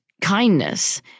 kindness